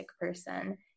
person